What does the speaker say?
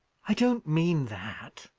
i don't mean that.